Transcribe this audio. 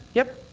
yep.